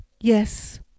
Yes